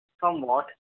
Somewhat